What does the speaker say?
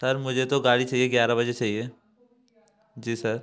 sir मुझे तो गाड़ी चाहिए ग्यारह बजे चाहिए जी सर